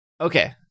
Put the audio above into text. Okay